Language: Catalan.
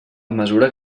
mesura